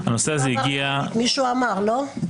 הנושא הזה הגיע --- לא אמרת מישהו אמר, לא?